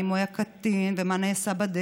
אם הוא היה קטין ומה נעשה בדרך,